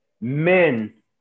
men